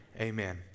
Amen